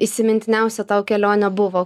įsimintiniausia tau kelionė buvo